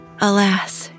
Alas